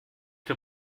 dem